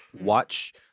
Watch